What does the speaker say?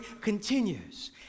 continues